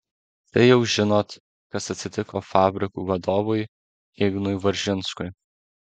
tai jau žinot kas atsitiko fabrikų vadovui ignui varžinskui